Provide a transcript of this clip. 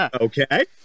Okay